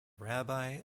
rabbi